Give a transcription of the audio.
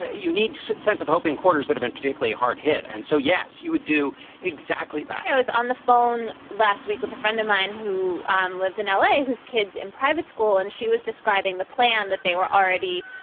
ah you need sense of hope in quarters that have been particularly hard hit. and so, yes, you would do exactly that i was on the phone last week with a friend of mine who lives in l a. whose kids in private school, and she was describing the plan that they were already,